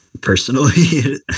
personally